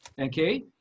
okay